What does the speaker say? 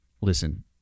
Listen